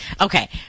Okay